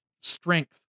strength